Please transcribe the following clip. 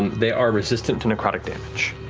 they are resistant to necrotic damage.